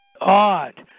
odd